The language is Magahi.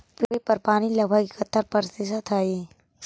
पृथ्वी पर पानी लगभग इकहत्तर प्रतिशत हई